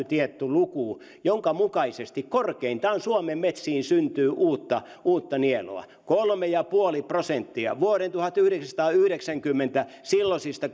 tietty luku jonka mukaisesti korkeintaan suomen metsiin syntyy uutta uutta nielua kolme pilkku viisi prosenttia vuoden tuhatyhdeksänsataayhdeksänkymmentä silloisista